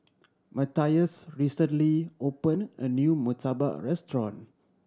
Matthias recently opened a new murtabak restaurant